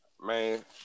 Man